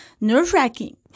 nerve-wracking